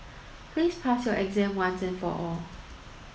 please pass your exam once and for all